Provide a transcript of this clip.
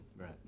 Right